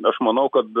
aš manau kad